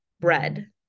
bread